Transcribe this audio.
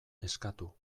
eskatu